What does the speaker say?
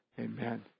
Amen